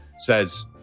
says